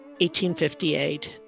1858